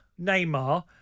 Neymar